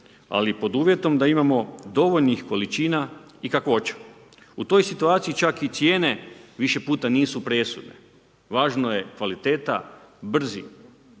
ali pod uvjetom da imamo dovoljnih količina i kakvoća. U toj situaciji čak i cijene, više puta nisu presudne. Važno je kvaliteta, brza